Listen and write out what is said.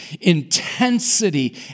intensity